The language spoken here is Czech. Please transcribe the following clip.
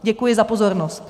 Děkuji za pozornost.